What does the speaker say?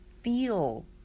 feel